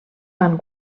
van